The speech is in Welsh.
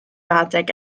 adeg